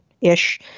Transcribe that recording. Ish